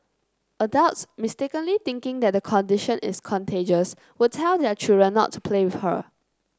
adults mistakenly thinking that the condition is contagious would tell their children not to play with her